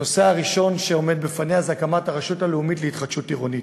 הנושא הראשון שעומד לפניה הוא הקמת הרשות הלאומית להתחדשות עירונית.